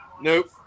Nope